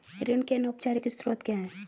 ऋण के अनौपचारिक स्रोत क्या हैं?